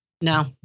no